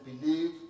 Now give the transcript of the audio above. believe